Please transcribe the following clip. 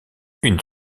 une